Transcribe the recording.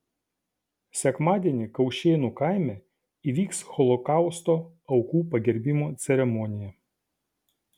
sekmadienį kaušėnų kaime įvyks holokausto aukų pagerbimo ceremonija